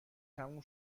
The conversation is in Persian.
تموم